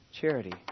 charity